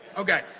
okay,